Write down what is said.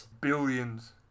Billions